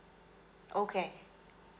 okay